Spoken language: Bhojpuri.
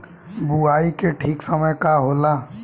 बुआई के ठीक समय का होला?